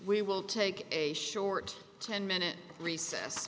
we will take a short ten minute recess